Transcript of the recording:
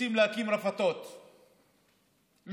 שרוצים להקים רפתות, לולים.